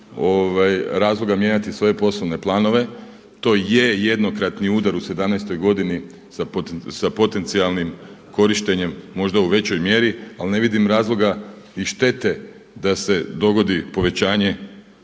razloga mijenjati svoje poslovne planove. To je jednokratni udar u 2017. godini sa potencijalnim korištenjem možda u većoj mjeri ali ne vidim razloga i štete da se dogodi povećanje